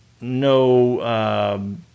no